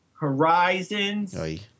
Horizons